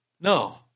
No